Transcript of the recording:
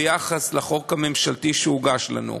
ביחס לחוק הממשלתי שהוגש לנו.